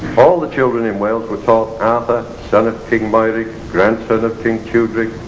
all the children in wales were taught arthur son of king meurig, grandson of king tewdrig,